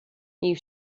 you